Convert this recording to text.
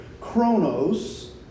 Chronos